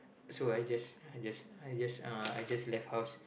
so I just I just I just uh I just left house